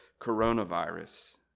coronavirus